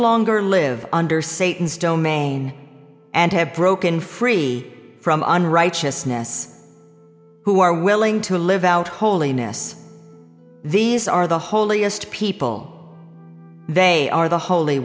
longer live under satan's domain and have broken free from an righteousness who are willing to live out holiness these are the holiest people they are the holy